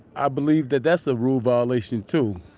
i believe that that's a rule violation too